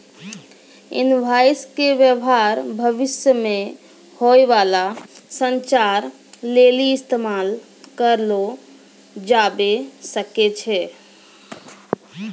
invoice के व्य्वहार भविष्य मे होय बाला संचार लेली इस्तेमाल करलो जाबै सकै छै